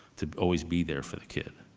to always be there for the kid.